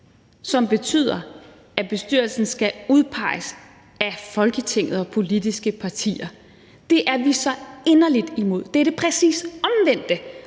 som betyder, at bestyrelsen skal udpeges af Folketinget og politiske partier. Det er vi så inderligt imod. Det er det præcis omvendte